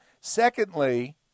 Secondly